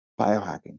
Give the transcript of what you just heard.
biohacking